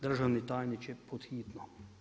Državni tajniče, pod hitno.